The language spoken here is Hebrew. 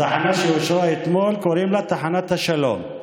התחנה שאושרה אתמול, קוראים לה "תחנת השלום".